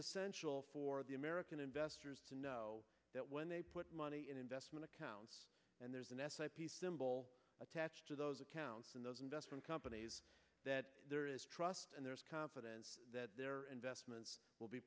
essential for the american investors to know that when they put money in investment accounts and there's an s i p symbol attached to those accounts and those investment companies that there is trust and there's confidence that their investments will be